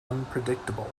unpredictable